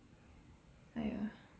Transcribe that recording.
!aiya!